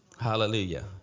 Hallelujah